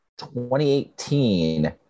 2018